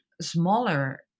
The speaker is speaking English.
smaller